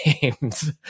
games